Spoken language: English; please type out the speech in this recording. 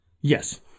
Yes